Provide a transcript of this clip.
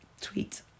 tweet